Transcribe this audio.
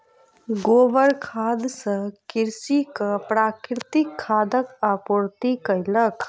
गोबर खाद सॅ कृषक प्राकृतिक खादक आपूर्ति कयलक